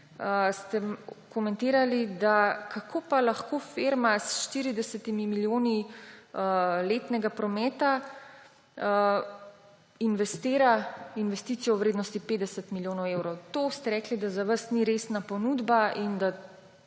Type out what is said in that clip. komentirali ste, da kako pa lahko firma s 40 milijoni letnega prometa investira investicijo v vrednosti 50 milijonov evrov. To ste rekli, da za vas ni resna ponudba in da